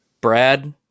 Brad